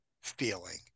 feeling